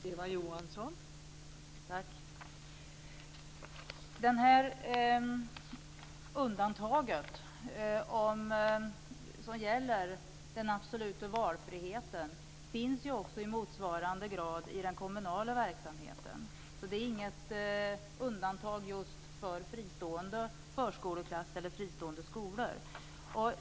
Fru talman! Det här undantaget som gäller den absoluta valfriheten finns också i motsvarande grad i den kommunala verksamheten. Det är inget undantag just för fristående förskoleklasser eller fristående skolor.